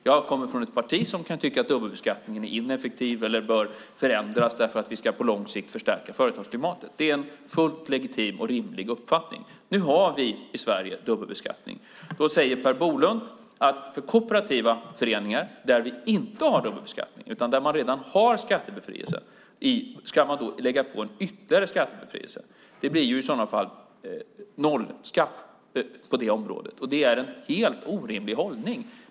Jag kommer från ett parti som kan tycka att dubbelbeskattningen är ineffektiv eller bör förändras därför att vi på lång sikt ska förstärka företagsklimatet. Det är en fullt legitim och rimlig uppfattning. Nu har vi dubbelbeskattning i Sverige. Då säger Per Bolund att kooperativa föreningar, som inte har dubbelbeskattning utan redan har skattebefrielse, ska ha ytterligare en skattebefrielse. Det blir i så fall nollskatt på det området, och det är en helt orimlig hållning.